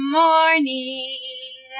morning